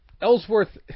Ellsworth